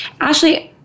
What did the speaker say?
Ashley